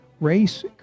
race